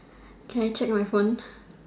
can I check my phone